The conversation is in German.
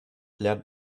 lernt